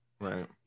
right